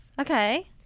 Okay